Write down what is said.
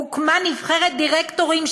הוקמה נבחרת דירקטורים,